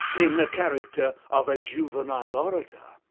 in the character of a juvenile orator,